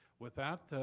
with that,